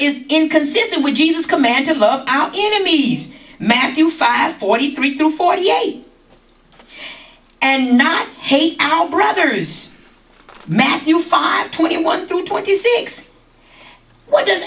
is inconsistent with jesus command to love our enemies matthew five forty three through forty eight and not hate our brothers matthew five twenty one through twenty six what does